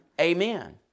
amen